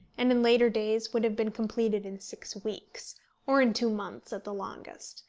and in later days would have been completed in six weeks or in two months at the longest,